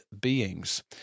beings